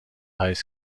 high